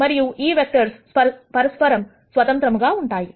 మరియు ఈ వెక్టర్స్ పరస్పరం స్వతంత్రంగా ఉంటాయి